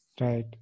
Right